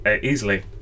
easily